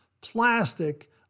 plastic